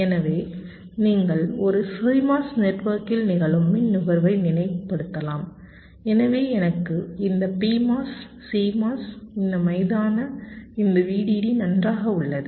எனவே ஒரு CMOS நெட்வொர்க்கில் நிகழும் மின் நுகர்வை நினைவுபடுத்தலாம் எனவே எனக்கு இந்த PMOS CMOS இந்த மைதான இந்த VDD நன்றாக உள்ளது